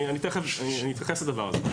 אני תכף אתייחס לזה.